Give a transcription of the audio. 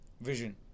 Vision